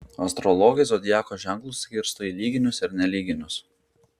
astrologai zodiako ženklus skirsto į lyginius ir nelyginius